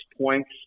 points